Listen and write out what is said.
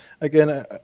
Again